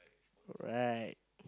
right